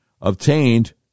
obtained